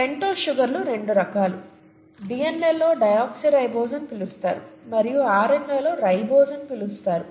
pentose షుగర్లు రెండు రకాలు డిఎన్ఏ లో డియోక్సిరైబోస్ అని పిలుస్తారు మరియు ఆర్ఎన్ఏ లో రైబోస్ అని పిలుస్తారు